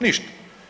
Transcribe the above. Ništa.